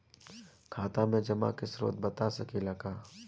खाता में जमा के स्रोत बता सकी ला का?